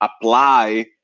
apply